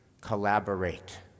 collaborate